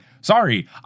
sorry